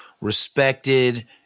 respected